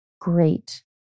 great